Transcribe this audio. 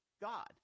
God